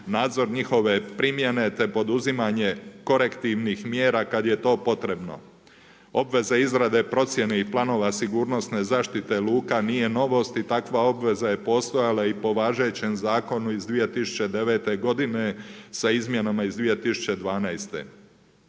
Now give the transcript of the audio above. nadzor njihove primjene, te poduzimanje korektivnih mjera kada je to potrebno. Obveze izrade procjene i planova sigurnosne zaštite luka, nije novost i takva obveza je postajala i po važećem zakonu iz 2009. godine, sa izmjenama iz 2012.